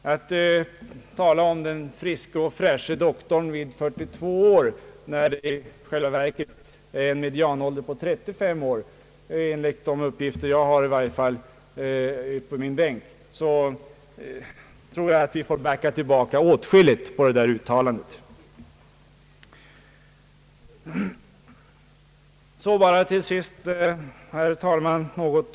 Talet om doktorn som frisk och fräsch träder ut vid 42 år måste korrigeras åtskilligt eftersom medianåldern, enligt de uppgifter jag har, i själva verket är 35 år.